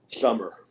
summer